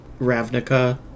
Ravnica